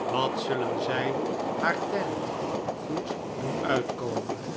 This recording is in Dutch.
wat zullen zij haar teint goed doen uitkomen